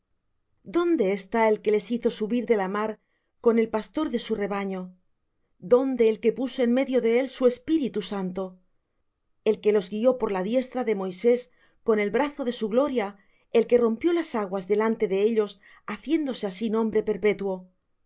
dónde está el que les hizo subir de la mar con el pastor de su rebaño dónde el que puso en medio de él su espíritu santo el que los guió por la diestra de moisés con el brazo de su gloria el que rompió las aguas delante de ellos haciéndose así nombre perpetuo